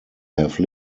have